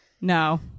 No